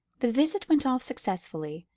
the visit went off successfully,